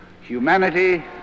humanity